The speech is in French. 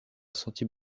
sentier